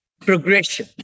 progression